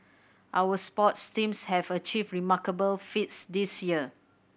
our sports teams have achieved remarkable feats this year